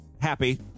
happy